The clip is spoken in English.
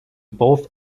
both